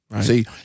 See